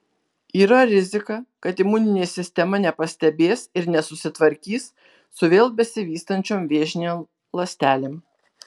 yra rizika kad imuninė sistema nepastebės ir nesusitvarkys su vėl besivystančiom vėžinėm ląstelėm